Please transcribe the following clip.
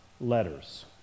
letters